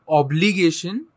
obligation